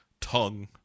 tongue